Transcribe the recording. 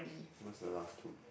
what's the last two